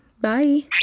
Bye